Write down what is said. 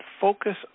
focus